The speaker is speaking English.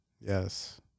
Yes